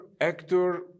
actor